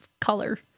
color